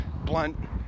blunt